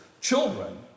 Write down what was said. children